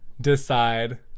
decide